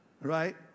right